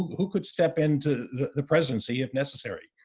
who could step into the presidency if necessary.